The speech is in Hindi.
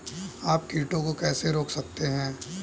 आप कीटों को कैसे रोक सकते हैं?